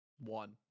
one